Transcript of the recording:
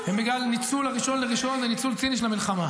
הן בגלל ניצול 1 בינואר וניצול ציני של המלחמה.